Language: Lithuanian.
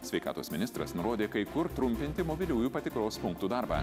sveikatos ministras nurodė kai kur trumpinti mobiliųjų patikros punktų darbą